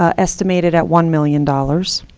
ah estimated at one million dollars,